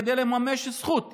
כדי לממש זכות.